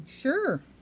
Sure